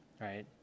Right